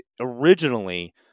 originally